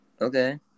Okay